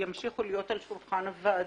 ימשיכו להיות על שולחן הוועדה,